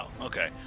okay